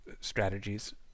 strategies